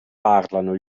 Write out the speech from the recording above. parlano